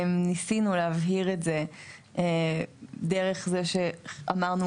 ניסינו להבהיר את זה דרך זה שאמרנו